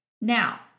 Now